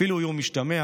אפילו איום משתמע.